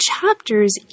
chapters